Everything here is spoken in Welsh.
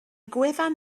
gwefan